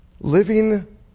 living